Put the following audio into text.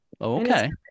Okay